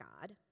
God